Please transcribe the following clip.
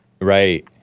Right